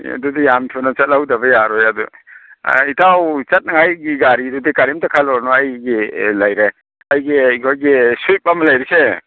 ꯑꯦ ꯑꯗꯨꯗꯤ ꯌꯥꯝ ꯊꯨꯅ ꯆꯠꯍꯧꯗꯕ ꯌꯥꯔꯣꯏ ꯑꯗꯨ ꯏꯇꯥꯎ ꯆꯠꯅꯤꯉꯥꯏꯒꯤ ꯒꯥꯔꯤꯗꯨꯗꯤ ꯀꯔꯤꯝꯇ ꯈꯜꯂꯨꯔꯅꯨ ꯑꯩꯒꯤ ꯑꯦ ꯂꯩꯔꯦ ꯑꯩꯒꯤ ꯑꯩꯈꯣꯏꯒꯤ ꯁ꯭ꯋꯤꯐ ꯑꯃ ꯂꯩꯔꯤꯁꯦ